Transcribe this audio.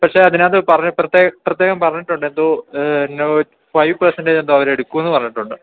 പക്ഷെ അതിനകത്ത് പ്രത്യേകം പ്രത്യേകം പറഞ്ഞിട്ടുണ്ട് എന്തോ ഫൈവ് പെർസെൻറ്റേജ് എന്തോ അവർ എടുക്കും എന്ന് പറഞ്ഞിട്ടുണ്ട്